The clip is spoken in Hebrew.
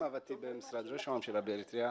עבדתי במשרד ראש הממשלה באריתריאה,